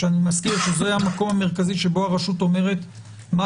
שזה המקום המרכזי שבו הרשות אומרת מה